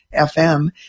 FM